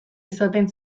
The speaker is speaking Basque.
izaten